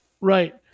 Right